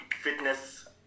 fitness